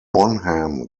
bonham